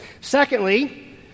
Secondly